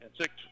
Six